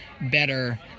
better